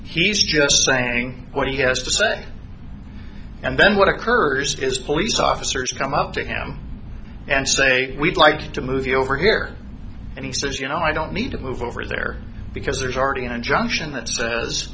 he's just saying what he has to say and then what occurs is police officers come up to him and say we'd like to move you over here and he says you know i don't need to move over there because there's already an injunction